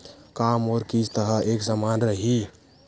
का मोर किस्त ह एक समान रही?